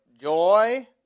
joy